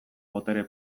botere